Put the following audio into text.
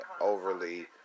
overly